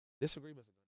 Disagreements